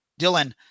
Dylan